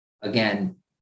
again